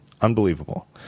Unbelievable